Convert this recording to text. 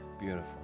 Beautiful